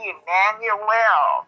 Emmanuel